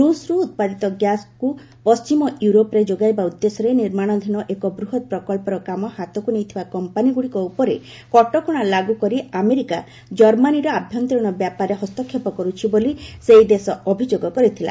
ରୁଷ୍ରୁ ଉତ୍ପାଦିତ ଗ୍ୟାସ୍କୁ ପଣ୍ଟିମ ୟୁରୋପରେ ଯୋଗାଇବା ଉଦ୍ଦେଶ୍ୟରେ ନିର୍ମାଣାଧୀନ ଏକ ବୂହତ୍ ପ୍ରକଚ୍ଚର କାମ ହାତକୁ ନେଇଥିବା କମ୍ପାନୀଗୁଡ଼ିକ ଉପରେ କଟକଶା ଲାଗୁକରି ଆମେରିକା କର୍ମାନୀର ଆଭ୍ୟନ୍ତରୀଣ ବ୍ୟାପାରରେ ହସ୍ତକ୍ଷେପ କରୁଛି ବୋଲି ସେହି ଦେଶ ଅଭିଯୋଗ କରିଛି